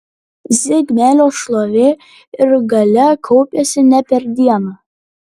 zigmelio šlovė ir galia kaupėsi ne per dieną